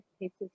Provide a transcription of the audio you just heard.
cases